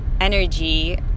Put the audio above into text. energy